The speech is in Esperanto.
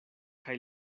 kaj